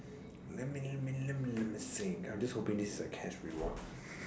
let me let me let me let me let me think I'm just hoping this is a cash reward